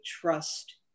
trust